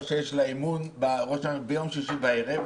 או שיש לה אימון ביום שישי בערב.